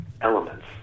elements